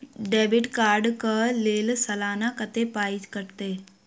Debit card कऽ लेल सलाना कत्तेक पाई कटतै?